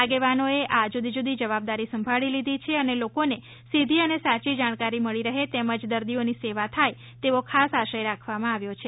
આગેવાનોએ આ જુદી જુદી જવાબદારી સંભાળી લીધી છે અને લોકોને સીધી અને સાચી જાણકારી મળી રહે તેમજ દર્દીઓની સેવા થાય તેવો ખાસ આશય રાખવામાં આવ્યો છે